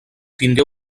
tingué